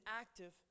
active